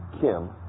Kim